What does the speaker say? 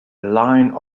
line